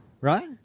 Right